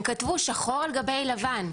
הם כתבו שחור על גבי לבן: